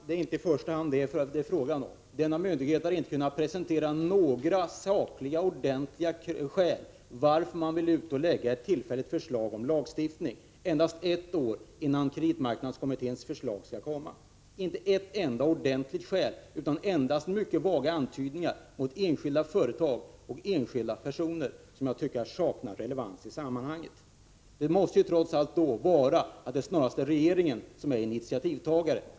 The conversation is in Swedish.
Herr talman! Det är inte det som det i första hand är fråga om. Denna myndighet har inte kunnat presentera några sakliga skäl till att man vill föreslå en tillfällig lagstiftning endast ett år innan kreditmarknadskommitténs förslag skall läggas fram. Den har endast kommit med mycket vaga antydningar mot enskilda företag och enskilda personer vilka saknar relevans i sammanhanget. Det måste trots allt vara regeringen som är initiativtagare.